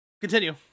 Continue